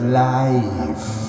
life